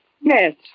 Yes